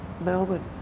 Melbourne